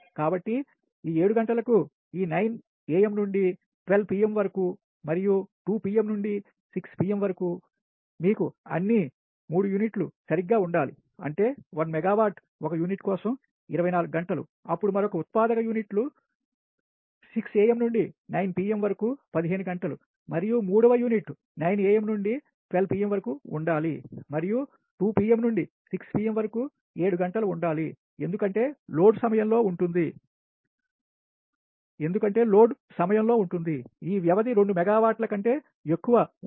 కాబట్టి ఈ 7 గంటలకు ఈ 9am నుండి 12pm వరకు మరియు 2 pm నుండి 6 pm వరకు మీకు అన్ని 3 యూనిట్లు సరిగ్గా ఉండాలి అంటే 1 మెగావాట్ 1 యూనిట్ కోసం 24 గంటలు అప్పుడు మరొక ఉత్పాదక యూనిట్లు 6am నుండి 9 pm వరకు 15 గంటలు మరియు మూడవ యూనిట్ 9 am నుండి 12 pm వరకు ఉండాలి మరియు 2 pm నుండి 6 pm వరకు 7 గంటలు ఉండాలి ఎందుకంటే లోడ్ సమయంలో ఉంటుంది ఈ వ్యవధి 2 మెగావాట్ల కంటే ఎక్కువ ఉంటుంది